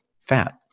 fat